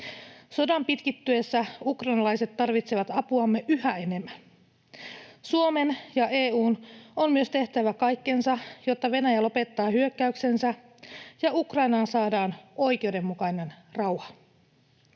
Sodan pitkittyessä ukrainalaiset tarvitsevat apuamme yhä enemmän. Suomen ja EU:n on myös tehtävä kaikkensa, jotta Venäjä lopettaa hyökkäyksensä ja Ukrainaan saadaan oikeudenmukainen rauha.